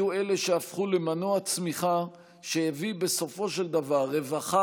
הם שהפכו למנוע צמיחה שהביא בסופו של דבר רווחה